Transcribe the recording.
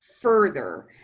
further